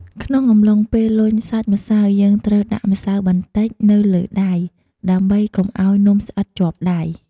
ក្នុងអំឡុងពេលលញ់សាច់ម្សៅ យើងត្រូវដាក់ម្សៅបន្តិចនៅលើដៃ ដើម្បីកុំឱ្យនំស្អិតជាប់ដៃ។